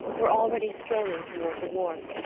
were already strolling toward the wharf.